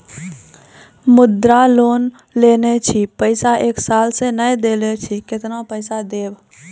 मुद्रा लोन लेने छी पैसा एक साल से ने देने छी केतना पैसा देब?